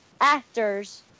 actors